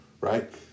right